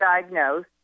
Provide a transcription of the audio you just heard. diagnosed